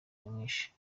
nyamwinshi